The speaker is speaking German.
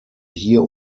hier